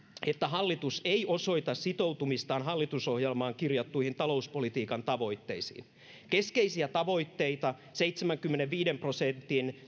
että hallitus ei osoita sitoutumistaan hallitusohjelmaan kirjattuihin talouspolitiikan tavoitteisiin keskeisiä tavoitteita seitsemänkymmenenviiden prosentin